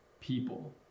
people